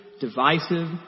divisive